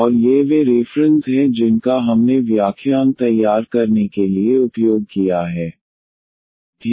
और ये वे रेफ्रन्स हैं जिनका हमने व्याख्यान तैयार करने के लिए उपयोग किया है